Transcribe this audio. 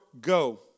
go